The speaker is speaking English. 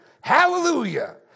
hallelujah